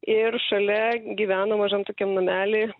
ir šalia gyveno mažam tokiam namely